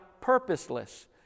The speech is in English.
purposeless